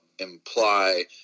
imply